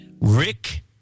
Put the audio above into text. Rick